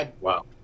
Wow